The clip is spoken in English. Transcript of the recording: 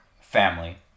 family